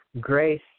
grace